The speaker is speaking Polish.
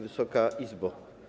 Wysoka Izbo!